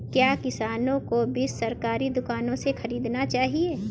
क्या किसानों को बीज सरकारी दुकानों से खरीदना चाहिए?